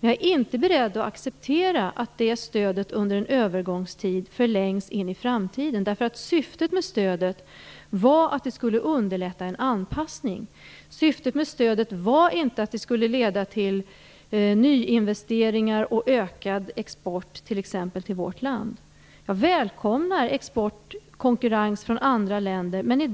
Men jag är inte beredd att acceptera att den övergångstiden förlängs in i framtiden. Syftet med stödet var att det skulle underlätta en anpassning. Det var inte att det skulle leda till nyinvesteringar och ökad export t.ex. till vårt land. Jag välkomnar konkurrens från andra länder, men i